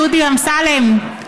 דודי אמסלם,